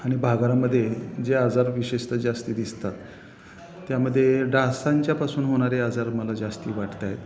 आणि भागरामध्ये जे आजार विशेषत जास्त दिसतात त्यामध्ये डासांच्यापासून होणारे आजार मला जास्त वाटत आहेत